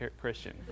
Christian